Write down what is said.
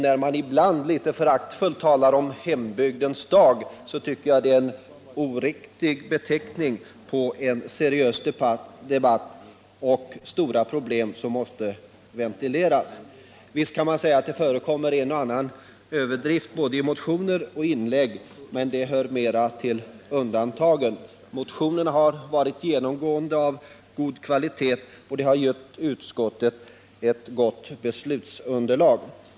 Man har ibland litet föraktfullt talat om ”Hembygdens dag”, men jag tycker att det är en oriktig beteckning på en seriös debatt om de stora problem som måste ventileras. Visst kan man säga att det förekommit en och annan överdrift i både motioner och inlägg, men det hör mera till undantagen. Motionerna har genomgående varit av god kvalitet och därmed bidragit till ett gott beslutsunderlag.